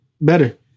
better